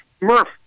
Murph